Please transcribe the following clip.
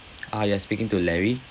uh you are speaking to larry